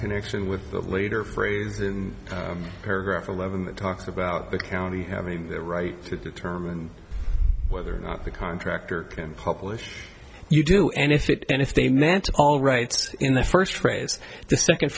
connection with the leader phrase in paragraph eleven that talks about the county having the right to determine whether or not the contractor can publish you do and if it and if they meant all rights in the first phrase the second